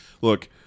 look